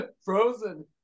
frozen